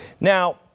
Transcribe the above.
Now